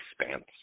Expanse